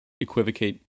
equivocate